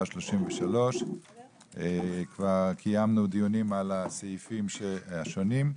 33). כבר קיימנו דיונים על הסעיפים השונים,